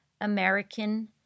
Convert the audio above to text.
American